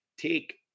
take